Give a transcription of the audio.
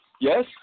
yes